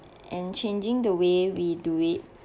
and changing the way we do it